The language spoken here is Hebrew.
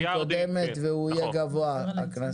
יבואנים זה מיליארדים --- הערת את זה פעם קודמת והקנס הזה יהיה גבוה.